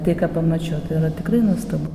tai ką pamačiau tai yra tikrai nuostabu